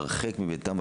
הרחק מביתם,